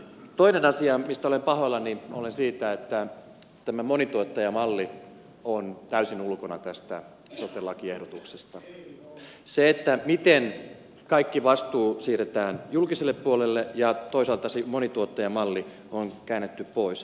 toinen asia mistä olen pahoillani on se että tämä monituottajamalli on täysin ulkona tästä sote lakiehdotuksesta se miten kaikki vastuu siirretään julkiselle puolelle ja toisaalta se monituottajamalli on käännetty pois